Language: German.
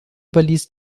überließ